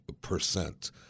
percent